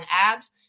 ads